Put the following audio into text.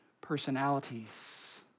personalities